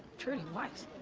trudy weiss,